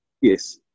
Yes